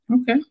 okay